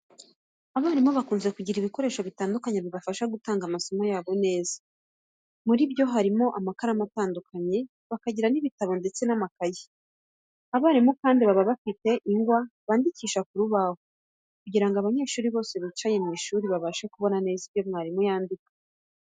Abarimu bakunze kugira ibikoresho bitandukanye bibafasha gutanga amasomo yabo neza. Muri byo hari amakaramu atandukanye, bakagira ibitabo ndetse n'amakayi. Abarimu kandi baba bafite ingwa bandikisha ku rubaho kugira ngo abanyeshuri bose bicaye mu ishuri babashe kubona neza ibyo mwarimu yandika.